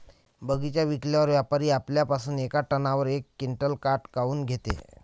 बगीचा विकल्यावर व्यापारी आपल्या पासुन येका टनावर यक क्विंटल काट काऊन घेते?